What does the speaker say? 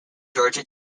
georgia